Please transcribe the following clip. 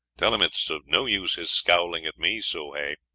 tell him it is of no use his scowling at me, soh hay.